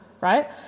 Right